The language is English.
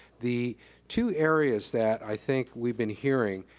the two areas that i think we've been hearing